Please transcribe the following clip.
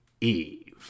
Eve